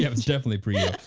yeah it's definitely pre yeah